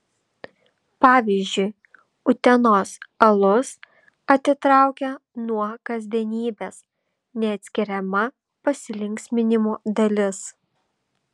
pavyzdžiui utenos alus atitraukia nuo kasdienybės neatskiriama pasilinksminimo dalis